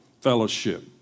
fellowship